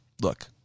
look